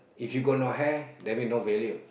if you got no hair that mean no value